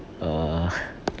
err